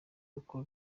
uko